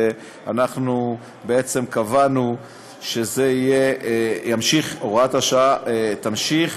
ובעצם קבענו שהוראת השעה תימשך,